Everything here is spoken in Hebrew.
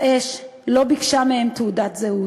האש לא ביקשה מהם תעודת זהות,